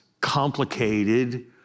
complicated